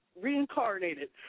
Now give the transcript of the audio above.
reincarnated